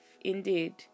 indeed